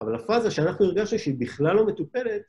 אבל הפאזה שאנחנו הרגשנו שהיא בכלל לא מטופלת...